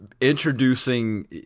introducing